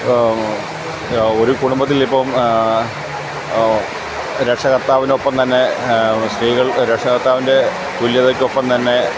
ഒരു കുടുംബത്തിലിപ്പം രക്ഷകർത്താവിനൊപ്പം തന്നെ സ്ത്രീകൾ രക്ഷകർത്താവിൻ്റെ തുല്യതയ്ക്കൊപ്പം തന്നെ